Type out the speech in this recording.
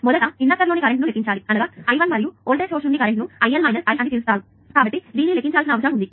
మొదట మీరు ఇండక్టర్లోని కరెంట్ను లెక్కించాలి అనగా il మరియు వోల్టేజ్ సోర్స్ నుండి కరెంట్ ను iL i అని పిలుస్తారు కాబట్టి దీనిని లెక్కించాల్సిన అవసరం ఉంది